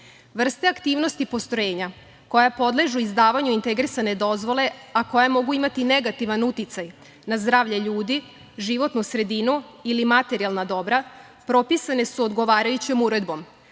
aktivnosti postrojenja koja podležu izdavanju integrisane dozvole a koje mogu imati negativan uticaj na zdravlje ljudi, životnu sredinu ili materijalna dobra, propisane su odgovarajućom uredbom,